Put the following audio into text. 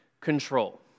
control